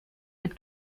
wird